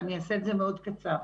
ואני אעשה את זה מאוד קצר.